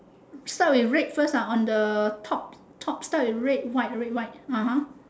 start with red first ah on the top top start with red white red white (uh huh)